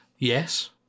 Yes